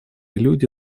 люди